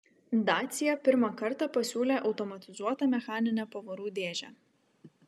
dacia pirmą kartą pasiūlė automatizuotą mechaninę pavarų dėžę